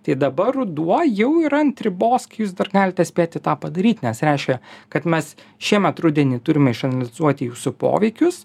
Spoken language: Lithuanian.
tai dabar ruduo jau yra ant ribos kai jūs dar galite spėti tą padaryt nes reiškia kad mes šiemet rudenį turime išanalizuoti jūsų poveikius